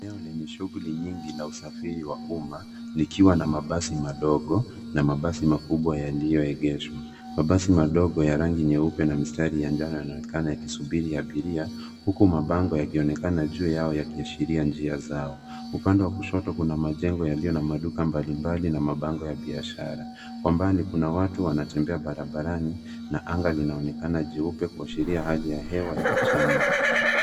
Eneo lenye shughuli nyingi na usafiri wa umma likiwa na mabasi madogo na mabasi makubwa yaliyoegeshwa. Mabasi madogo ya rangi nyeupe na mistari ya njano yanaonekana yakisubiri abiria huku mabango yakionekana juu yao yakiashiria njia zao. Upande wa kushoto kuna majengo yaliyo na maduka mbalimbali na mabango ya biashara. Kwa mbali kuna watu wanatembea barabarani na anga linaonekana jeupe kuashiria hali ya hewa ya mchana.